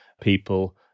people